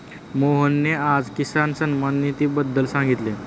मोहनने आज किसान सन्मान निधीबद्दल सांगितले